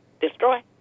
destroy